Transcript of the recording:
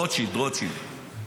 רוטשילד, רוטשילד.